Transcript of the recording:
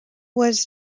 was